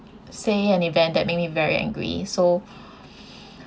say an event that made me very angry so